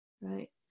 right